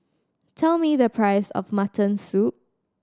tell me the price of mutton soup